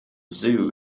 zoo